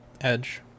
edge